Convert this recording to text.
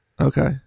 Okay